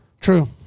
True